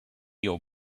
your